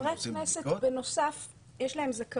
לחברי הכנסת יש זכאות